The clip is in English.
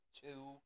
two